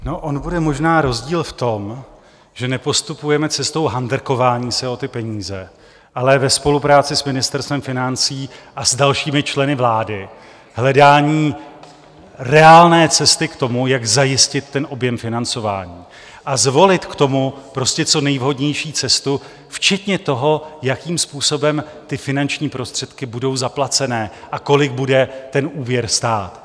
No, on bude možná rozdíl v tom, že nepostupujeme cestou handrkování se o ty peníze, ale ve spolupráci s Ministerstvem financí a s dalšími členy vlády hledáním reálné cesty k tomu, jak zajistit ten objem financování, a zvolit k tomu prostě co nejvhodnější cestu, včetně toho, jakým způsobem ty finanční prostředky budou zaplacené a kolik bude ten úvěr stát.